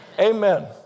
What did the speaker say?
Amen